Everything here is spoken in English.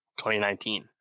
2019